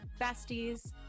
besties